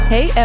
Hey